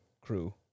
crew